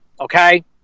okay